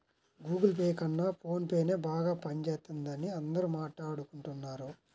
Google Pay కన్నా ఫోన్ పేనే బాగా పనిజేత్తందని అందరూ మాట్టాడుకుంటన్నారు